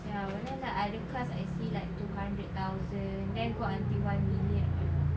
ya but then like other cars I see like two hundred thousand then got until one million all ah